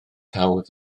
hawdd